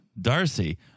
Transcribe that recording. Darcy